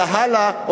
צהלה,